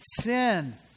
sin